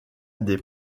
des